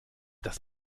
das